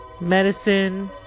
medicine